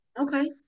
Okay